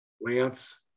lance